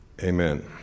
Amen